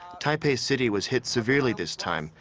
taipei city was hit severely this time.